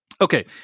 okay